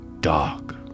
dark